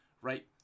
Right